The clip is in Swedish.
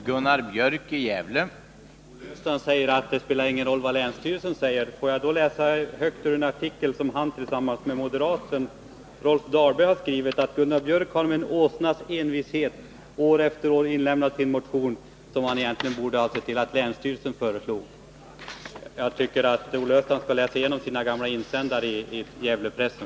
Herr talman! Olle Östrand menar att det inte spelar någon roll vad länsstyrelsen säger. Får jag då läsa högt ur en artikel som Olle Östrand tillsammans med moderaten Rolf Dahlberg har skrivit: ”Gunnar Björk har med en åsnas envishet år efter år inlämnat sin motion, som han varit medveten om att riksdagen skulle avslå.” Olle Östrand ansåg att det var länsstyrelsen som skulle avgöra denna fråga. Jag tycker att Olle Östrand skall läsa igenom sina gamla insändare i Gävlepressen.